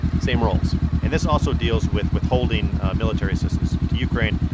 same roles and this also deals with withholding military assistance to ukraine.